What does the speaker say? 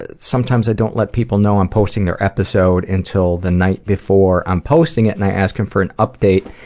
ah sometimes i don't let people know i'm posting their episode until the night before i'm posting it, and i ask them for an update.